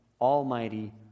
almighty